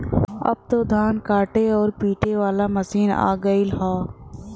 अब त धान काटे आउर पिटे वाला मशीन आ गयल हौ